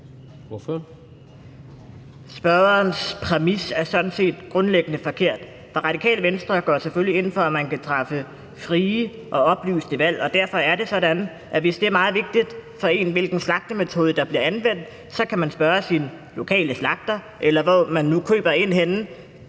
Spørgerens præmis er sådan set grundlæggende forkert. For Radikale Venstre går jo selvfølgelig ind for, at man kan træffe frie og oplyste valg, og derfor er det sådan, at hvis det er meget vigtigt for en, hvilken slagtemetode der bliver anvendt, så kan man spørge sin lokale slagter, eller hvor man nu køber ind: